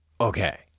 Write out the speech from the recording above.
Okay